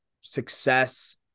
success